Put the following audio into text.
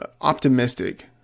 optimistic